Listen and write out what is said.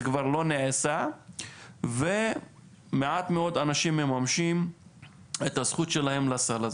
זה כבר לא נעשה ומעט מאוד אנשים מממשים את הזכות שלהם לסל הזה.